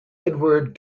edward